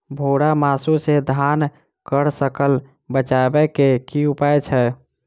भूरा माहू सँ धान कऽ फसल बचाबै कऽ की उपाय छै?